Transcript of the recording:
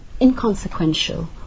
inconsequential